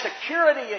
security